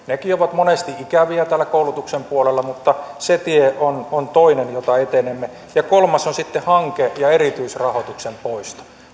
nekin ovat monesti ikäviä täällä koulutuksen puolella se on on toinen tie jota etenemme kolmas on sitten hanke ja erityisrahoituksen poisto